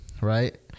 right